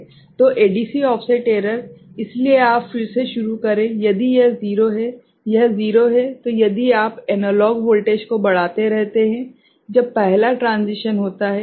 तो ADC offset error इसलिए आप फिर से शुरू करें यदि यह 0 है यह 0 है तो यदि आप एनालॉग वोल्टेज को बढ़ाते रहते हैं जब पहला ट्रांसिशन होता है